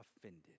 offended